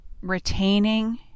retaining